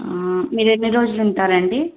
మీరు ఎన్ని రోజులు ఉంటారండి